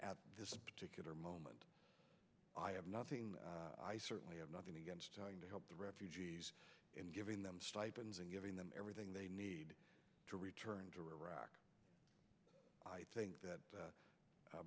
at this particular moment i have nothing i certainly have nothing against having to help the refugees and giving them stipends and giving them everything they need to return to iraq i think that